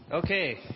Okay